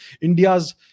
India's